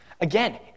Again